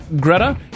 Greta